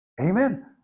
Amen